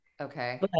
Okay